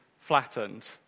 flattened